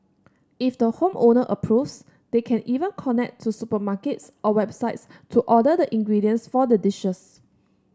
if the home owner approves they can even connect to supermarkets or websites to order the ingredients for the dishes